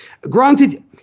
granted